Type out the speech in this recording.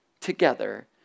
together